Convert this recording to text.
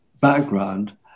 background